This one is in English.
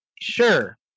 sure